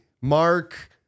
Mark